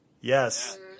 Yes